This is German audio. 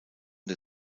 der